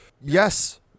Yes